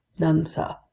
none, sir,